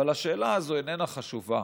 אבל השאלה הזאת איננה חשובה.